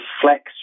flex